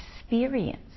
experience